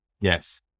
Yes